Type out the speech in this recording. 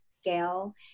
scale